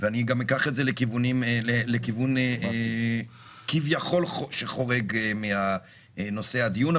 ואני גם אקח את זה לכיוון שכביכול חורג מנושא הדיון,